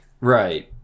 Right